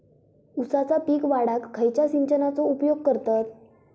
ऊसाचा पीक वाढाक खयच्या सिंचनाचो उपयोग करतत?